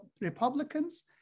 Republicans